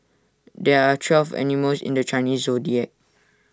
there are twelve animals in the Chinese Zodiac